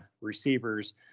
receivers